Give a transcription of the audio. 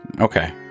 Okay